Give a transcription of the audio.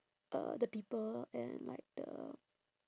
uh the people and like the